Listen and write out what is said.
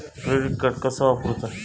Credit card कसा वापरूचा?